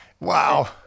wow